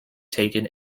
taken